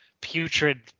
putrid